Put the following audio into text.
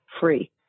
free